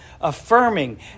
Affirming